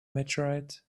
meteorite